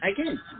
again